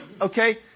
Okay